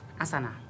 Asana